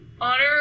honor